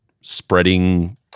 spreading